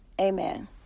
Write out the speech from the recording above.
Amen